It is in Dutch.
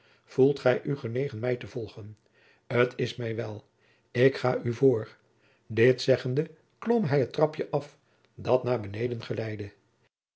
voelt gij u genegen mij te volgen t is mij wel ik ga u voor dit zeggende klom hij het trapje af dat naar beneden